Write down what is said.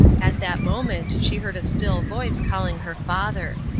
at that moment she heard a still voice calling her father.